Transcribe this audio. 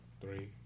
three